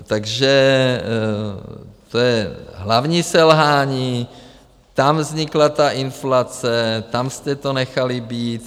Takže to je hlavní selhání, tam vznikla ta inflace, tam jste to nechali být.